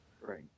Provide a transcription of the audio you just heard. Right